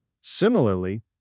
Similarly